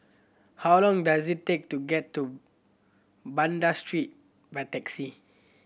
how long does it take to get to Banda Street by taxi